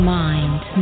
mind